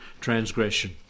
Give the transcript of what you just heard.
transgression